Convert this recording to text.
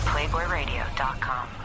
PlayBoyRadio.com